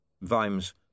Vimes